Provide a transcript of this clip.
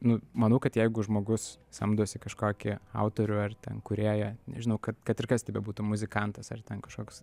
nu manau kad jeigu žmogus samdosi kažkokį autorių ar ten kūrėją nežinau kad kad ir kas tai bebūtų muzikantas ar ten kažkoks